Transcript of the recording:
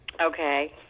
Okay